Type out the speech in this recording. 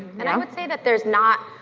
and i would say that there's not,